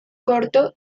corto